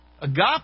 Agape